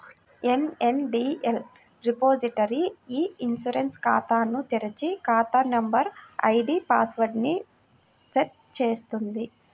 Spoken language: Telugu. ఎన్.ఎస్.డి.ఎల్ రిపోజిటరీ ఇ ఇన్సూరెన్స్ ఖాతాను తెరిచి, ఖాతా నంబర్, ఐడీ పాస్ వర్డ్ ని సెట్ చేస్తుంది